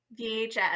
VHS